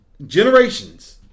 generations